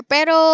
Pero